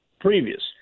previous